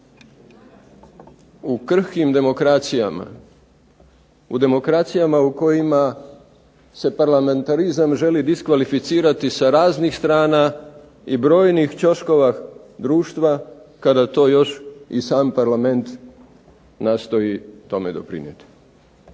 u krhkim demokracijama, u demokracijama u kojima se parlamentarizam želi diskvalificirati sa raznih strana i brojnih ćoškova društva kada to još i sam Parlament nastoji tome doprinijeti.